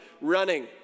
Running